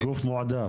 זאת אומרת גוף מועדף?